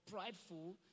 prideful